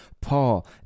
Paul